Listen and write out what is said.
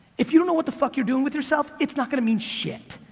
if you don't know what the fuck you're doing with yourself it's not gonna mean shit.